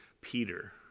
Peter